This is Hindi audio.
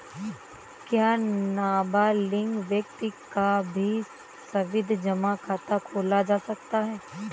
क्या नाबालिग व्यक्ति का भी सावधि जमा खाता खोला जा सकता है?